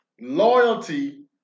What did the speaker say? loyalty